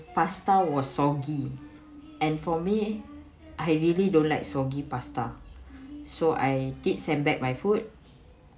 pasta was soggy and for me I really don't like soggy pasta so I did send back my food